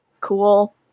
Cool